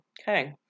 Okay